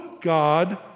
God